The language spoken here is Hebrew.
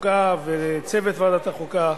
החוקה ולצוות ועדת החוקה,